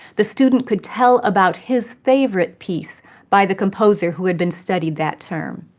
the student could tell about his favorite piece by the composer who had been studied that term.